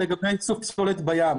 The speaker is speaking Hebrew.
לגבי איסוף פסולת בים.